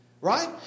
right